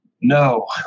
No